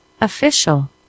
official